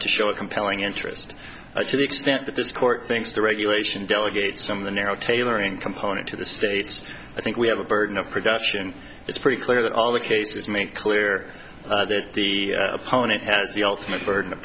to show a compelling interest to the extent that this court thinks the regulation delegates some of the narrow tailoring component to the states i think we have a burden of production it's pretty clear that all the cases make clear that the opponent has the ultimate burden of